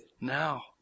Now